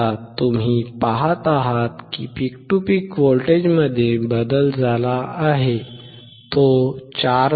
आता तुम्ही पहात आहात की पीक टू पीक व्होल्टेजमध्ये बदल झाला आहे तो 4